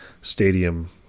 stadium